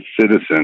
citizens